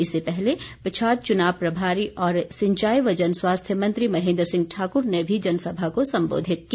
इससे पहले पच्छाद चुनाव प्रभारी और सिंचाई व जन स्वास्थ्य मंत्री महेन्द्र सिंह ठाकुर ने भी जनसभा को संबोधित किया